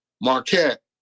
Marquette